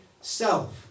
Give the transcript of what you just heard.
self